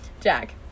jack